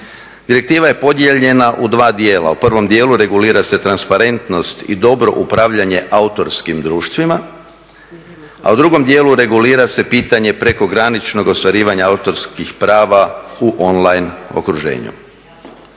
Direktiva je podijeljena u dva dijela. U prvom dijelu regulira se transparentnost i dobro upravljanje autorskim društvima, a u drugom dijelu regulira se pitanje prekograničnog ostvarivanja autorskih prava u online okruženju.